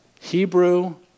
Hebrew